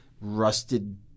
rusted